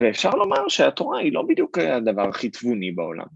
ואפשר לומר שהתורה היא לא בדיוק הדבר הכי תבוני בעולם.